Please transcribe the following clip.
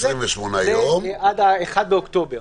זה עד ה-1 באוקטובר.